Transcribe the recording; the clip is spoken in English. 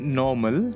normal